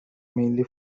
mainly